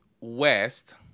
west